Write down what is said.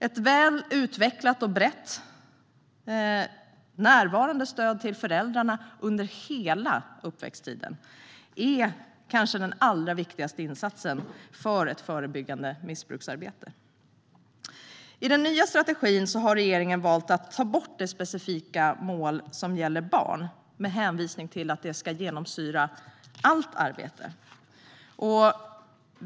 Ett väl utvecklat, brett och närvarande stöd till föräldrarna under hela barnens uppväxttid är kanske den allra viktigaste insatsen i ett arbete med att förebygga missbruk. I den nya strategin har regeringen valt att ta bort det specifika mål som gäller barn, med hänvisning till att det ska genomsyra allt arbete.